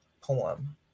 poem